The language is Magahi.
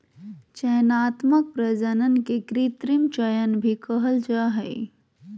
चयनात्मक प्रजनन के कृत्रिम चयन भी कहल जा हइ